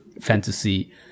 fantasy